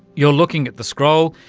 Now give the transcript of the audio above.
you're looking at the scroll,